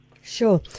Sure